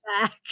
back